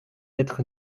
être